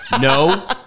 No